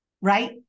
right